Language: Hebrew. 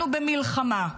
אנחנו במלחמה,